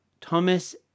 Thomas